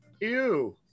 Ew